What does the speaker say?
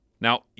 Now